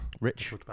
Rich